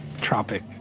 tropic